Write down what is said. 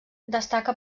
destaca